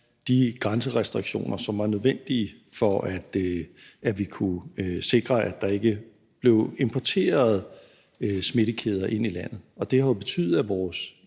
de grænserestriktioner, som var nødvendige, for at vi kunne sikre, at der ikke blev importeret smittekæder ind i landet. Det har jo betydet, at